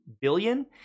billion